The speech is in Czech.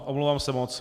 Omlouvám se moc.